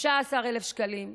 15,000 שקלים,